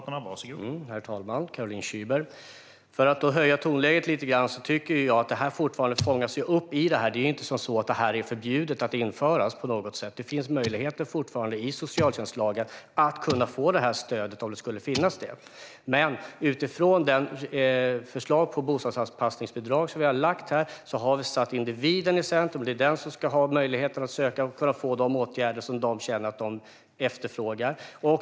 Herr talman! För att höja tonläget lite grann tycker jag att detta fortfarande fångas upp här. Det är inte på något sätt så att det är förbjudet att införa detta. Det finns fortfarande möjligheter i socialtjänstlagen att kunna få detta stöd om det skulle finnas skäl för det. I det förslag på bostadsanpassningsbidrag som vi har lagt fram har vi satt individen i centrum. Det är individen som ska ha möjlighet att ansöka om och kunna få de åtgärder som personen efterfrågar.